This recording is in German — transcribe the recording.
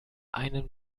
einen